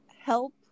help